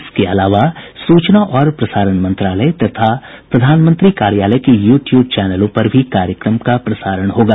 इसके अलावा सूचना और प्रसारण मंत्रालय तथा प्रधानमंत्री कार्यालय के यू ट्यूब चैनलों पर भी कार्यक्रम का प्रसारण होगा